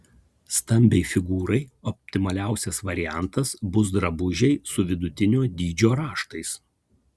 stambiai figūrai optimaliausias variantas bus drabužiai su vidutinio dydžio raštais